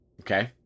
Okay